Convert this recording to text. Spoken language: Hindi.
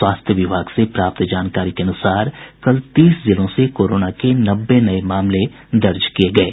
स्वास्थ्य विभाग से प्राप्त जानकारी के अनुसार कल तीस जिलों से कोरोना के नब्बे नये मामले दर्ज किये गये